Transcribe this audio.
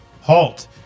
Halt